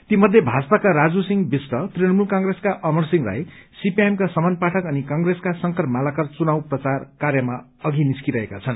ती मध्ये भाजपाका राजु सिंह विष्ट तृणमूल कंग्रेसका अमरसिंह राई सीपीआइएमका समन पाठक अनि कंग्रेसका शंकर मालाकार चुनाव प्रचार कार्यमा अघि निस्किरहेका छन्